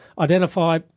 identify